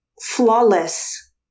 flawless